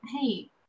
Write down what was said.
hey